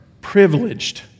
privileged